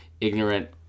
ignorant